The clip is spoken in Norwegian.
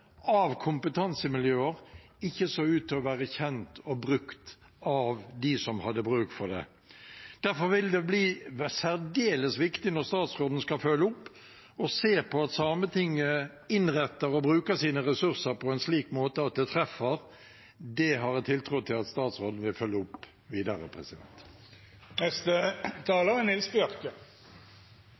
av kompetansemiljøer, ikke så ut til å være kjent og brukt av dem som hadde bruk for det. Derfor vil det bli særdeles viktig når statsråden skal følge opp, å se til at Sametinget innretter og bruker sine ressurser på en slik måte at det treffer. Det har jeg tiltro til at statsråden vil følge opp videre.